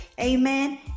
Amen